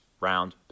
round